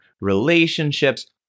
relationships